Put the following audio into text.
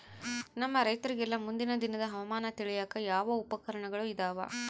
ನಮ್ಮ ರೈತರಿಗೆಲ್ಲಾ ಮುಂದಿನ ದಿನದ ಹವಾಮಾನ ತಿಳಿಯಾಕ ಯಾವ ಉಪಕರಣಗಳು ಇದಾವ?